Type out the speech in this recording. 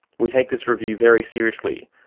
we take this review very seriously,